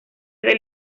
del